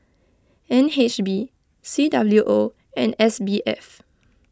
N H B C W O and S B F